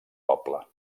poble